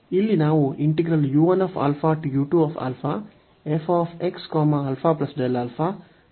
ಇಲ್ಲಿ ನಾವು